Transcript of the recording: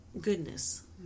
goodness